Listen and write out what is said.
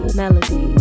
melody